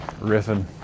riffing